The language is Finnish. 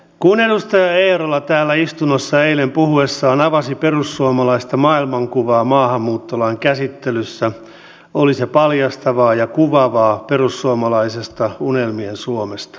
kun edustaja eerola täällä istunnossa eilen puhuessaan avasi perussuomalaista maailmankuvaa maahanmuuttolain käsittelyssä oli se paljastavaa ja kuvaavaa perussuomalaisesta unelmien suomesta